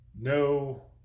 no